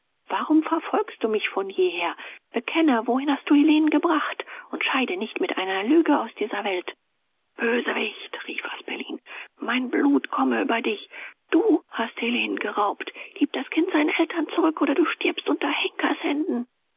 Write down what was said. warum verfolgst du mich von jeher bekenne wohin hast du helenen gebracht und scheide nicht mit einer lüge aus dieser welt bösewicht rief asperlin mein blut komme über dich du hast helenen geraubt gieb das kind seinen eltern zurück oder du stirbst unter